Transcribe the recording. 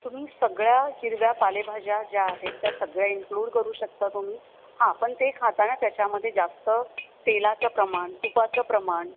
तुम्ही सगळ्या हिरव्या पालेभाज्या ज्या आहेत त्या सगळ्या इन्क्ल्युड करू शकता तुम्ही पण हां ते खाताना त्याच्यामध्ये जास्त तेलाचं प्रमाण तुपाचं प्रमाण